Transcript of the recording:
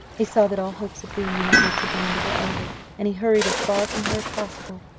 he saw that all hopes of being united to belinda were over, and he hurried as far from her as possible.